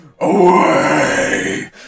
away